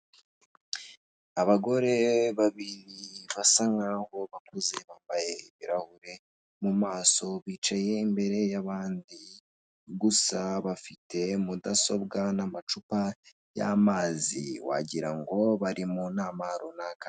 Abagore babiri basa nkaho bakuze bambaye ibirahure mu maso, bicaye imbere y'abandi. Gusa afite mudasobwa n'amacupa y'amazi wagira ngo bari mu inama.